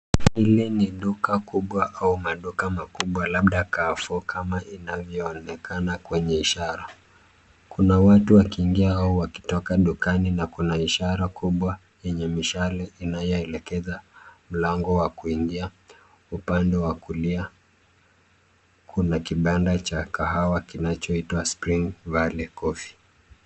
Hili ni duka kubwa au maduka makubwa labda Carrefour kama inavyoonekana kwenye ishara. Kuna watu wakiingia au wakitoka dukani na kuna ishara kubwa yenye mishale inayoelekeza mlango wa kuingia. Upande wa kulia, kuna kibanda cha kahawa kinachoitwa Spring Valley Coffee.